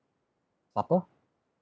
supper